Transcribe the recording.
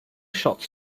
shots